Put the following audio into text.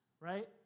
right